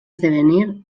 esdevenir